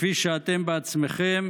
כפי שאתם בעצמכם,